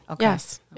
Yes